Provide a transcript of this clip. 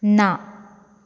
ना